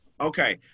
Okay